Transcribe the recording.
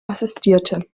assistierte